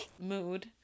Mood